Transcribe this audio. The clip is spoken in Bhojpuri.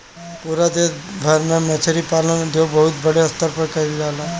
पूरा देश भर में मछरी पालन उद्योग बहुते बड़ स्तर पे कईल जाला